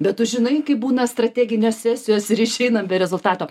bet tu žinai kaip būna strateginės sesijos ir išeina be rezultato